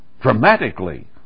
dramatically